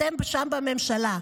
אתם שם בממשלה,